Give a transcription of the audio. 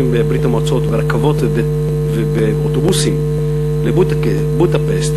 בברית-המועצות ברכבות ובאוטובוסים לבודפשט,